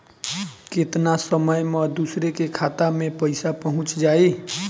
केतना समय मं दूसरे के खाता मे पईसा पहुंच जाई?